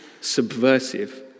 subversive